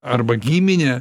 arba giminę